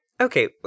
Okay